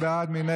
מי בעד?